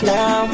Now